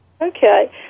Okay